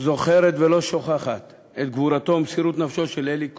זוכרות ולא שוכחות את גבורתו ומסירות נפשו של אלי כהן,